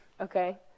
Okay